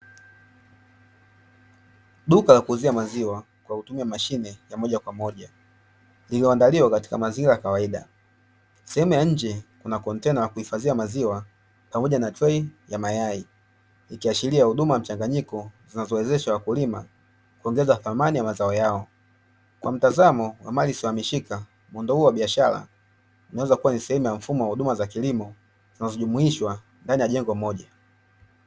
Duka la kuuzia maziwa kwa kutumia mashine ya moja kwa moja iliyoandaliwa katika mazingira ya kawaida. Sehemu ya nje kuna chombo cha kuhifadhia maziwa pamoja na trei ya mayai ikiashiria huduma mchanganyiko zinazowezesha wakulima kuongeza thamani ya mazao yao, kwa mtazamo wa mali isiyohamishika muundo huu wa biashara unaweza kuwa sehemu ya mfumo wa huduma za kilimo zinazojumuishwa ndani ya jengo moja.